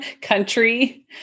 country